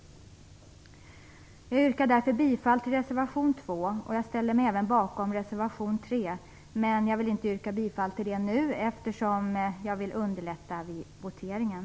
Jag yrkar bifall till reservation 2. Även reservation 3 ställer jag mig bakom. Men jag yrkar inte bifall till den nu, eftersom jag vill underlätta voteringen.